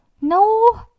No